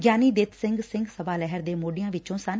ਗਿਆਨੀ ਦਿੱਤ ਸਿੰਘ ਸਿੰਘ ਸਭਾ ਲਹਿਰ ਦੇ ਮੋਢੀਆਂ ਵਿਚੋਂ ਸਨ